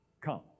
Come